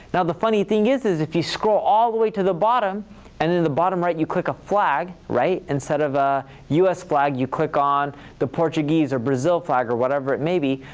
now, the funny thing is, is if you scroll all the way to the bottom and in the bottom right you click a flag, right? instead of a us flag, you click on the portuguese or brazil flag, or whatever it may be,